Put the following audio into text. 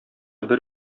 бер